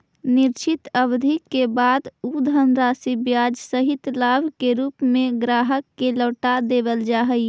निश्चित अवधि के बाद उ धनराशि ब्याज सहित लाभ के रूप में ग्राहक के लौटा देवल जा हई